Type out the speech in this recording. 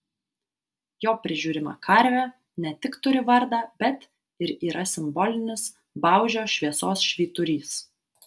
jo prižiūrima karvė ne tik turi vardą bet ir yra simbolinis baužio šviesos švyturys